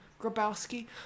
Grabowski